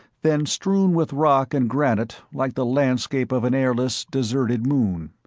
then strewn with rock and granite like the landscape of an airless, deserted moon.